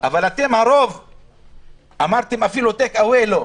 אתם הרוב אמרתם: אפילו טייק אוויי לא,